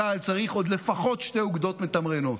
צה"ל צריך עוד לפחות שתי אוגדות מתמרנות,